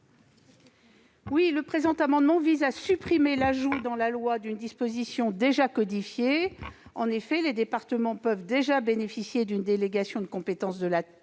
Le présent amendement vise à supprimer l'ajout dans la loi d'une disposition déjà codifiée. En effet, les départements peuvent déjà bénéficier d'une délégation de compétences de l'État